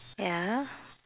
ya